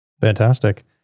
Fantastic